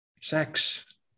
sex